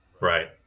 right